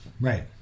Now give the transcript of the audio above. Right